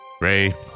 Ray